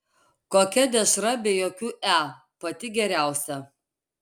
kokia dešra be jokių e pati geriausia